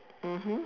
mmhmm